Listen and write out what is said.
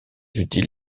utile